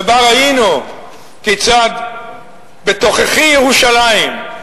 ובה ראינו כיצד בתוככי ירושלים,